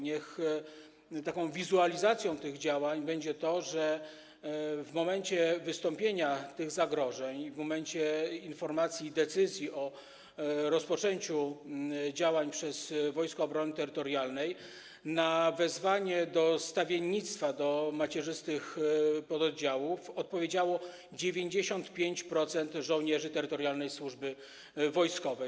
Niech taką wizualizacją tych działań będzie to, że w momencie wystąpienia tych zagrożeń, w momencie podjęcia decyzji o rozpoczęciu działań przez Wojska Obrony Terytorialnej na wezwanie dotyczące stawiennictwa do macierzystych pododdziałów odpowiedziało 95% żołnierzy terytorialnej służby wojskowej.